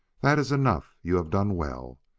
that is enough you have done well.